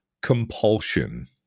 compulsion